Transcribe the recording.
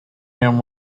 him